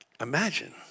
Imagine